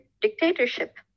dictatorship